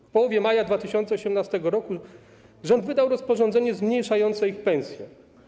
W połowie maja 2018 r. rząd wydał rozporządzenie zmniejszające ich pensje.